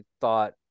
thought